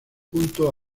junto